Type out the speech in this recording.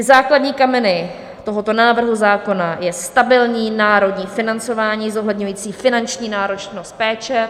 Základní kameny tohoto návrhu zákona je stabilní národní financování zohledňující finanční náročnost péče.